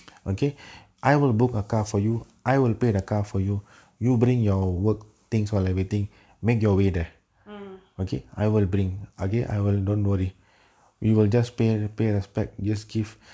mm